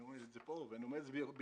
אני אומר את זה פה ואני אומר את זה בכאב.